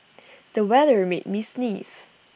the weather made me sneeze